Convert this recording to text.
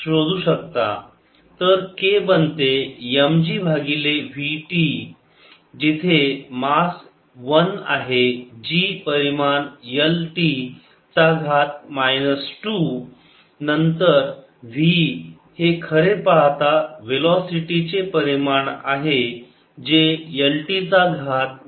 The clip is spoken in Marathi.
तर k बनते m g भागिले v T जिथे मास 1 आहे g परिमाण L T चा घात 2 नंतर v हे खरे पाहता वेलोसिटी चे परिमाण आहे जे L T चा घात 1 आहे